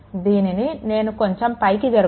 దీనిని నేను కొంచెం పైకి జరుపుతాను